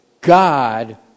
God